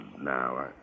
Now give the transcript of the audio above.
now